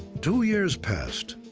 two years passed,